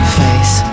face